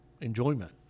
enjoyment